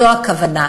זו הכוונה.